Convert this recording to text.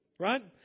Right